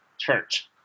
Church